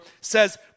says